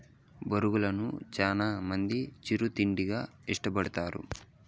బొరుగులను చానా మంది చిరు తిండిగా ఇష్టపడతారు